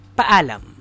paalam